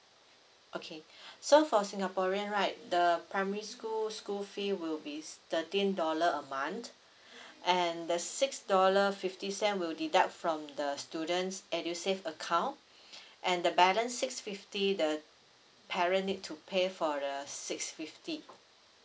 okay so for singaporean right the primary school school fee will be thirteen dollar a month and the six dollar fifty cent will deduct from the student's edusave account and the balance six fifty the parent need to pay for the six fifty